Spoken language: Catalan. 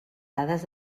dades